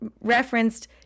referenced